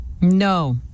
no